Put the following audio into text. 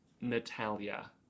Natalia